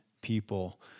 people